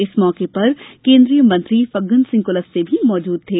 इस मौके पर केंद्रीय मंत्री फग्गन सिंह कुलस्ते भी मौजूद थे